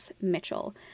Mitchell